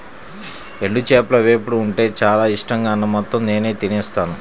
ఎండు చేపల వేపుడు ఉంటే చానా ఇట్టంగా అన్నం మొత్తం నేనే తినేత్తాను